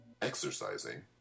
Exercising